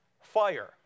Fire